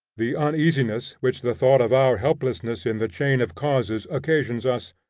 the uneasiness which the thought of our helplessness in the chain of causes occasions us,